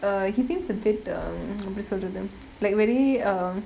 err he seems a bit um எப்படி சொல்றது:eppadi solrathu like very err